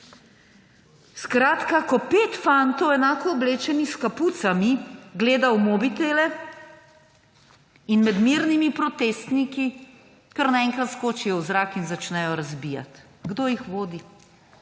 Skratka, ko pet fantov, enako oblečenih, s kapucami, gleda v mobitele in med mirnimi protestniki kar naenkrat skočijo v zrak in začnejo razbijati. Kdo jih vodi?